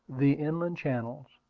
the inland channels,